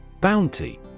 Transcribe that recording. Bounty